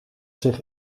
zich